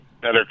better